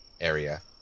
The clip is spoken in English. area